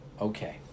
Okay